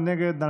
מי נגד?